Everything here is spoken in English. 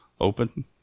open